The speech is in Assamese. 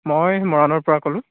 মই মৰাণৰ পৰা ক'লোঁ